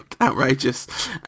Outrageous